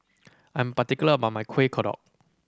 I am particular about my Kueh Kodok